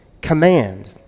command